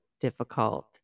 difficult